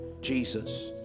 Jesus